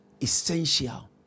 essential